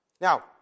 Now